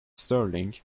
sterling